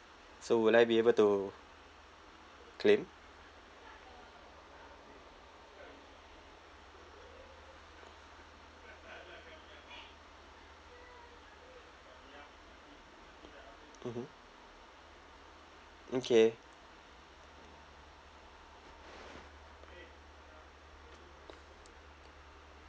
so will I be able to claim mmhmm okay